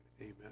amen